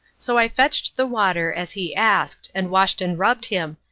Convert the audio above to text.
so i fetched the water as he asked, and washed and rubbed him,